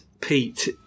Pete